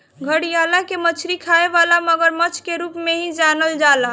घड़ियाल के मछरी खाए वाला मगरमच्छ के रूप में भी जानल जाला